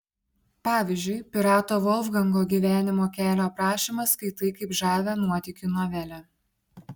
pavyzdžiui pirato volfgango gyvenimo kelio aprašymą skaitai kaip žavią nuotykių novelę